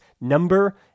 number